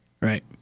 right